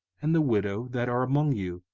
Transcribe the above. and the widow, that are among you,